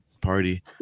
party